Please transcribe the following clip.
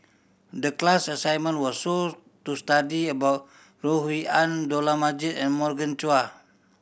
the class assignment was to study about Rui An Dollah Majid and Morgan Chua